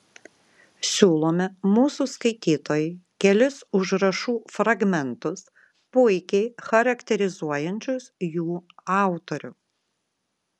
siūlome mūsų skaitytojui kelis užrašų fragmentus puikiai charakterizuojančius jų autorių